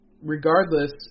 Regardless